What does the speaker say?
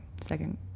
second